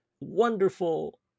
wonderful